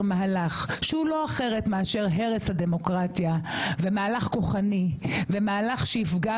מהלך שהוא לא אחר מאשר הרס הדמוקרטיה ומהלך כוחני ומהלך שיפגע